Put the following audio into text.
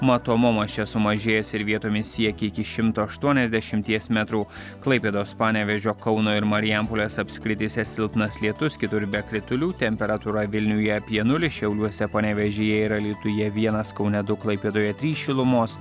matomumas čia sumažėjęs ir vietomis siekia iki šimto aštuoniasdešimties metrų klaipėdos panevėžio kauno ir marijampolės apskrityse silpnas lietus kitur be kritulių temperatūra vilniuje apie nulį šiauliuose panevėžyje ir alytuje vienas kaune du klaipėdoje trys šilumos